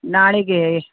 ನಾಳೆಗೆ